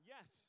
Yes